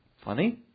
funny